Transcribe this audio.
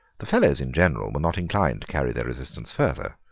the fellows in general were not inclined to carry their resistance further.